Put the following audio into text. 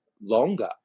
longer